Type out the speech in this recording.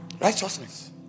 righteousness